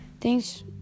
thanks